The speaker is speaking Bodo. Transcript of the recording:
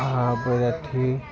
बैराथिया